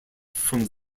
from